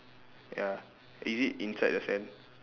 ya is it inside the sand